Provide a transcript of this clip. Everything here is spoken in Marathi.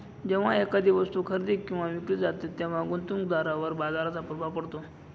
जेव्हा एखादी वस्तू खरेदी किंवा विकली जाते तेव्हा गुंतवणूकदारावर बाजाराचा प्रभाव पडतो